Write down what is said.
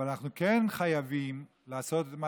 אבל אנחנו כן חייבים לעשות את מה